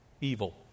evil